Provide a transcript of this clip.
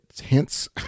hints